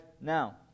now